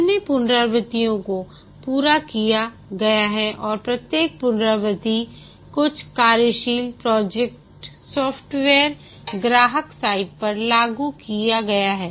कितने पुनरावृत्तियों को पूरा किया गया है और प्रत्येक पुनरावृत्ति कुछ कार्यशील सॉफ़्टवेयर ग्राहक साइट पर लागू किए गए हैं